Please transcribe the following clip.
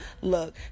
Look